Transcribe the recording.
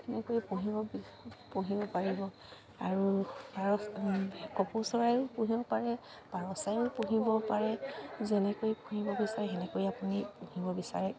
সেনেকৈ পুহিব পুহিব পাৰিব আৰু পাৰ কপৌ চৰায়ো পুহিব পাৰে পাৰচৰায়ো পুহিব পাৰে যেনেকৈ পুহিব বিচাৰে সেনেকৈ আপুনি পুহিব বিচাৰে